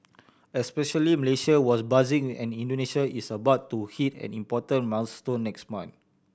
especially Malaysia was buzzing and Indonesia is about to hit an important milestone next month